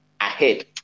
ahead